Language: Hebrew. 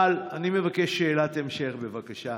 אבל אני מבקש שאלת המשך, בבקשה.